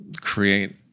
create